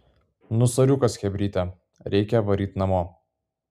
nu soriukas chebryte reikia varyt namo